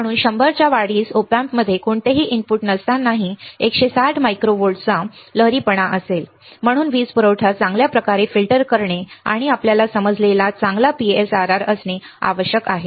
म्हणून 100 च्या वाढीस Op amp मध्ये कोणतेही इनपुट नसतानाही 160 मायक्रो व्होल्ट्सचा लहरीपणा असेल म्हणूनच वीज पुरवठा चांगल्या प्रकारे फिल्टर करणे आणि आपल्याला समजलेला चांगला PSRR असणे आवश्यक आहे